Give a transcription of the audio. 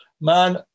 Man